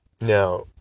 Now